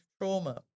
trauma